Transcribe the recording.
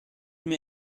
mir